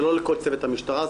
זה לא לכל צוות המשטרה,